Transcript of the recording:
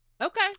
okay